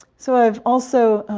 so i've also.